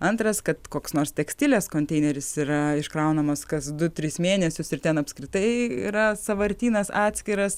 antras kad koks nors tekstilės konteineris yra iškraunamas kas du tris mėnesius ir ten apskritai yra sąvartynas atskiras